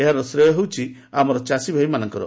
ଏହାର ଶ୍ରେୟ ହେଉଛି ଆମର ଚାଷୀଭାଇମାନଙ୍କର